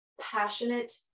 passionate